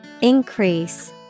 Increase